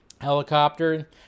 helicopter